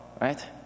right